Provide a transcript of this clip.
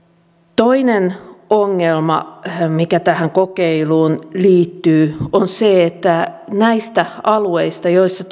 toinen ongelma mikä tähän kokeiluun liittyy on se että näiltä alueilta joilla